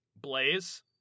Blaze